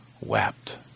wept